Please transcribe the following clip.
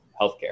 healthcare